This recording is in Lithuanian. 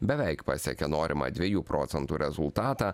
beveik pasiekė norimą dviejų procentų rezultatą